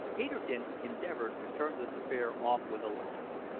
peterkin endeavoured to turn this affair off with a laugh.